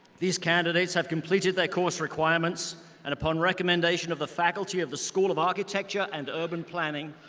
these candidates have completed their course requirements and upon recommendation of the faculty of the school of architecture and urban planning,